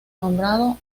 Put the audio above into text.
nombrado